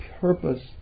purpose